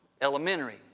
elementary